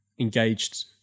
engaged